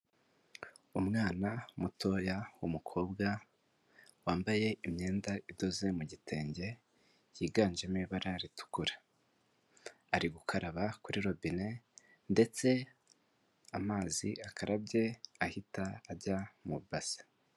Umwana mutoya w'umukobwa wambaye imyenda idoze mu gitenge, yiganjemo ibara ritukura, ari gukaraba kuri robine ndetse amazi akarabye ahita ajya mu ibase.